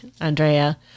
Andrea